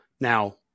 Now